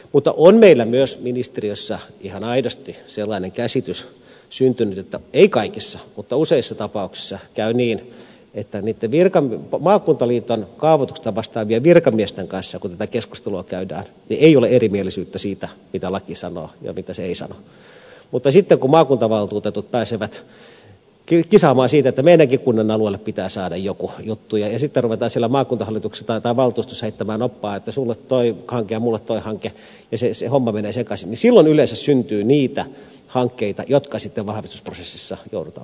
mutta on meillä myös ministeriössä ihan aidosti sellainen käsitys syntynyt että ei kaikissa mutta useissa tapauksissa käy niin että kun maakuntaliiton kaavoituksesta vastaavien virkamiesten kanssa tätä keskustelua käydään ei ole erimielisyyttä siitä mitä laki sanoo ja mitä se ei sano mutta sitten kun maakuntavaltuutetut pääsevät kisaamaan siitä että meidänkin kunnan alueelle pitää saada joku juttu ja sitten ruvetaan siellä maakuntavaltuustossa heittämään noppaa että sinulle tuo hanke ja minulle tuo hanke ja se homma menee sekaisin niin silloin yleensä syntyy niitä hankkeita jotka sitten vahvistusprosessissa joudutaan poistamaan